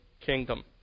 kingdom